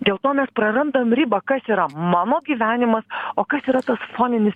dėl to mes prarandam ribą kas yra mano gyvenimas o kas yra tas foninis